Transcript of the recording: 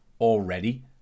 already